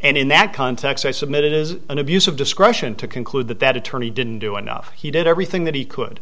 and in that context i submit it is an abuse of discretion to conclude that that attorney didn't do enough he did everything that he could